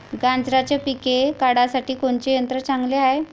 गांजराचं पिके काढासाठी कोनचे यंत्र चांगले हाय?